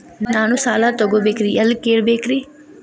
ನಾನು ಸಾಲ ತೊಗೋಬೇಕ್ರಿ ಎಲ್ಲ ಕೇಳಬೇಕ್ರಿ?